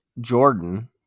Jordan